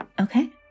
Okay